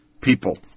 people